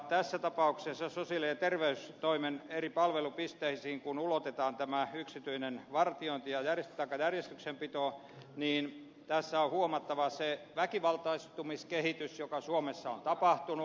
tässä tapauksessa kun sosiaali ja terveystoimen eri palvelupisteisiin ulotetaan tämä yksityinen järjestyksenpito niin tässä on huomattava se väkivaltaistumiskehitys joka suomessa on tapahtunut